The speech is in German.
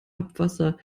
abwasser